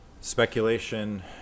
Speculation